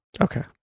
Okay